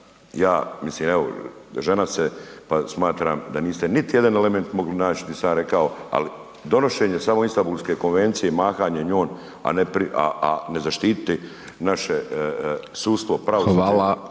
ja mislim, evo žena ste pa smatram da niste niti jedan element mogli naći gdje sam ja rekao, ali donošenje samo Istambulske konvencije, mahanje njom, a ne zaštititi naše sudstvo, pravosuđe